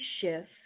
shift